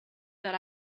that